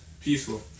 peaceful